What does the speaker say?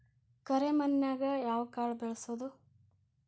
ಕರೆ ಮಣ್ಣನ್ಯಾಗ್ ಯಾವ ಕಾಳ ಬೆಳ್ಸಬೋದು?